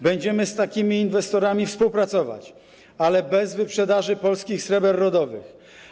Będziemy z takimi inwestorami współpracować, ale bez wyprzedaży polskich sreber rodowych.